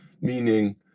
meaning